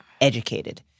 educated